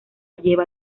lleva